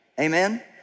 Amen